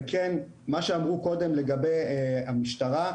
מה שאמרו קודם לגבי המשטרה,